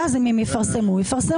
ואז, אם הם יפרסמו יפרסמו.